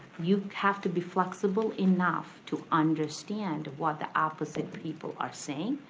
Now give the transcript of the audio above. you have to be flexible enough to understand what the opposite people are saying,